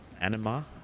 anima